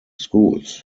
schools